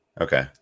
Okay